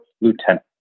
lieutenant